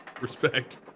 Respect